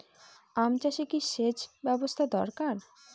আম চাষে কি সেচ ব্যবস্থা দরকার?